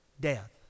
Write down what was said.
death